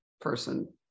person